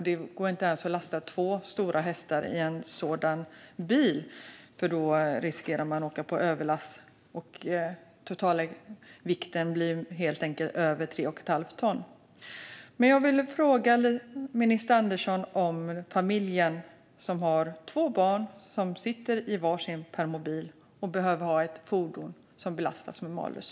Det går inte ens att lasta två stora hästar i en sådan bil, för då riskerar man att åka på överlast. Den totala vikten blir helt enkelt över 3 1⁄2 ton. Jag vill fråga minister Andersson vad hon tänker om detta med familjen som har två barn som sitter i var sin permobil och som behöver ha ett fordon som belastas med malus.